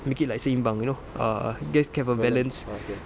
make it like seimbang you know err just have a balance